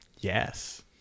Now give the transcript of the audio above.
Yes